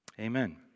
Amen